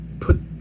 put